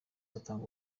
atanga